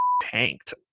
tanked